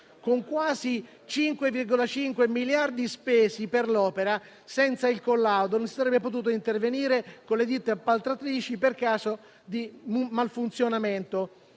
Con quasi 5,5 miliardi spesi per l'opera, senza il collaudo non si sarebbe potuto intervenire con le ditte appaltatrici in caso di malfunzionamento.